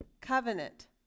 Covenant